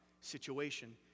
situation